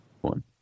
one